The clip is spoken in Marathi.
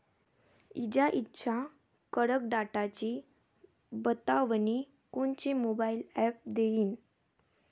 इजाइच्या कडकडाटाची बतावनी कोनचे मोबाईल ॲप देईन?